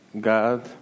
God